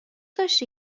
داشتی